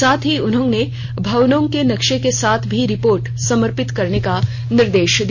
साथ ही उन्होंने भवनों के नक्शे के साथ भी रिपोर्ट समर्पित करने का निर्देश दिया